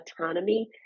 autonomy